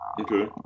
Okay